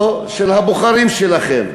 או של הבוחרים שלכם?